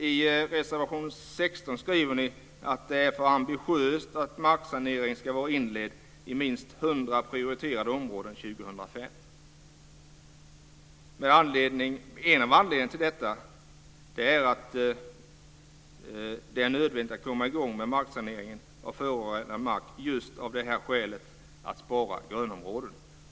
I reservation 16 skriver ni att det är för ambitiöst att marksanering ska vara inledd i minst 100 prioriterade områden år 2005. En av anledningarna till detta är att det är nödvändigt att komma i gång med marksaneringen av förorenad mark just av skälet att spara grönområden.